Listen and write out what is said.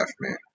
man